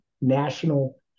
national